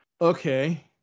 okay